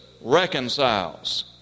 reconciles